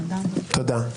תודה.